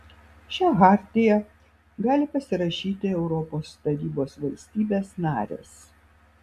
šią chartiją gali pasirašyti europos tarybos valstybės narės